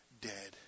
dead